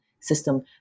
system